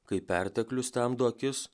kai perteklius temdo akis